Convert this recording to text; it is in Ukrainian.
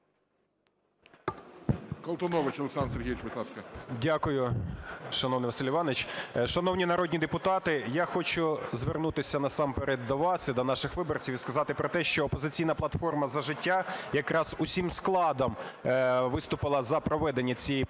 Дякую, шановний Василь Іванович. Шановні народні депутати! Я хочу звернутися насамперед до вас і до наших виборців і сказати про те, що "Опозиційна платформа – За життя" якраз усім складом виступила за проведення цієї позачергової